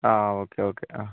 ആ okay okay ആ